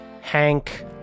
Hank